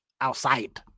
outside